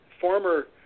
former